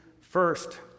first